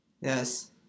Yes